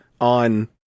on